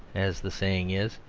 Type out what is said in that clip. as the saying is,